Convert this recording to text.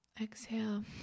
Exhale